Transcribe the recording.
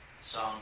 song